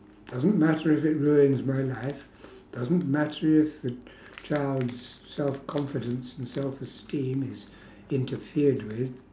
doesn't matter if it ruins my life doesn't matter if a child's self confidence and self esteem is interfered with